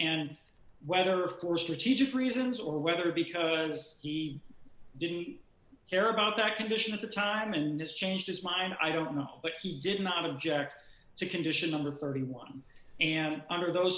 and whether for strategic reasons or whether because he didn't care about that condition at the time and this changed his mind i don't know but he did not object to condition number thirty one and under those